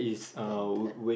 than that